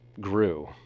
grew